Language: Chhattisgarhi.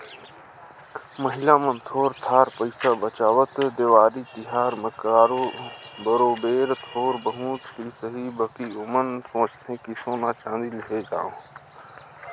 महिला मन थोर थार पइसा बंचावत, देवारी तिहार में बरोबेर थोर बहुत ही सही बकि ओमन सोंचथें कि सोना चाँदी लेहल जाए